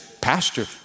pastor